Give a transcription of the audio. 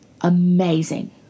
amazing